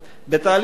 בתהליך זה,